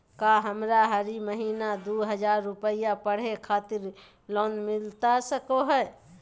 का हमरा हरी महीना दू हज़ार रुपया पढ़े खातिर लोन मिलता सको है?